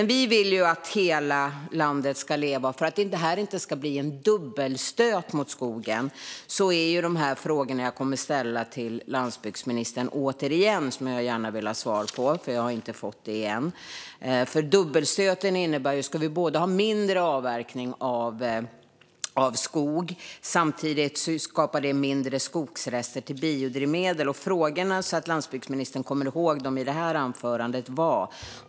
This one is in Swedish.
Vi vill att hela landet ska leva och att det här inte ska bli en dubbelstöt mot skogsbruket. Jag kommer återigen att ställa frågorna till landsbygdsministern. Jag vill gärna ha svar på dem. Det har jag inte fått än. Dubbelstöten innebär att om vi ska ha mindre avverkning av skog skapar det samtidigt mindre skogsrester till biodrivmedel. Jag upprepar frågorna, så att landsbygdsministern ska komma ihåg dem i det här anförandet.